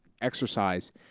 exercise